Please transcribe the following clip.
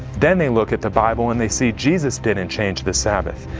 then they look at the bible and they see jesus didn't and change the sabbath,